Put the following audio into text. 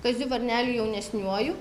kaziu varneliu jaunesniuoju